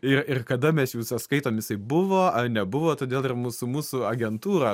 ir ir kada mes jau skaitom jisai buvo ar nebuvo todėl ir mūsų mūsų agentūra